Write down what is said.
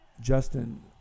Justin